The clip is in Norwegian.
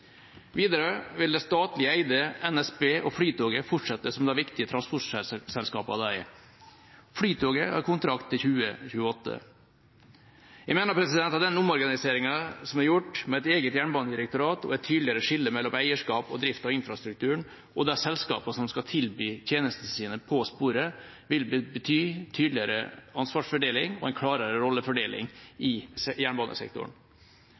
Videre vil det statlig eide NSB og Flytoget fortsette som de viktige transportselskapene de er. Flytoget har kontrakt til 2028. Jeg mener at denne omorganiseringa som er gjort, med et eget jernbanedirektorat og et tydeligere skille mellom eierskap og drift av infrastrukturen og de selskapene som skal tilby tjenestesidene på sporet, vil bety tydeligere ansvarsfordeling og en klarere rollefordeling i jernbanesektoren.